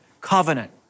covenant